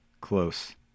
close